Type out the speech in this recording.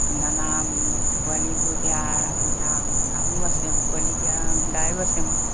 দানা পোৱালীবোৰ এতিয়া দাম দামো আছে পোৱালি দিয়া গাইও আছে মোৰ